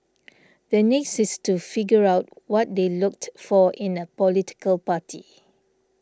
the next is to figure out what they looked for in a political party